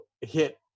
hit